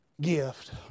gift